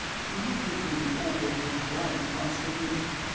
she looked at him in open, blank consternation.